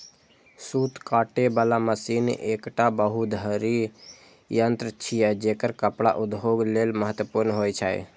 सूत काटे बला मशीन एकटा बहुधुरी यंत्र छियै, जेकर कपड़ा उद्योग लेल महत्वपूर्ण होइ छै